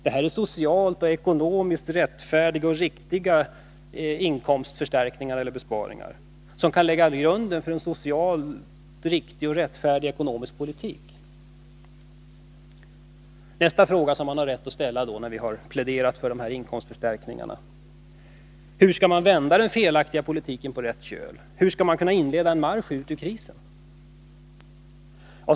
Detta är socialt och ekonomiskt rättfärdiga inkomstförstärkningar eller besparingar, som kan lägga grunden för en socialt rättfärdig ekonomisk politik. Nästa fråga, som man har rätt att ställa när vi har pläderat för dessa inkomstförstärkningar, är då: Hur skall man kunna vända den felaktiga politiken på rätt köl och inleda en marsch ut ur krisen?